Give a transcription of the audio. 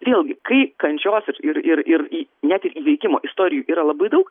vėlgi kai kančios ir ir ir net ir įveikimo istorijų yra labai daug